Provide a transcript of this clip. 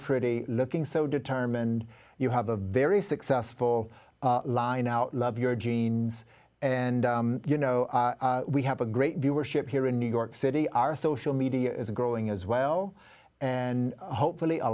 pretty looking so determined you have a very successful line out love your genes and you know we have a great viewership here in new york city our social media is growing as well and hopefully a